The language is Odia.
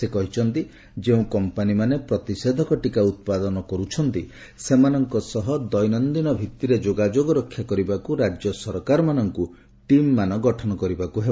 ସେ କହିଛନ୍ତି ଯେଉଁ କମ୍ପାନୀମାନେ ପ୍ରତିଷେଧକ ଟିକା ଉତ୍ପାଦନ କରୁଛନ୍ତି ସେମାନଙ୍କ ସହ ଦୈନନ୍ଦିନ ଭିତିରେ ଯୋଗାଯୋଗ ରକ୍ଷା କରିବାକୁ ରାଜ୍ୟ ସରକାରମାନଙ୍କୁ ଟିମ୍ମାନ ଗଠନ କରିବାକୁ ହେବ